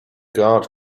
guard